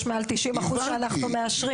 יש מעל 90 אחוזים שאנחנו מאשרים,